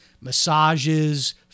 massages